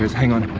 hang on.